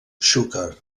xúquer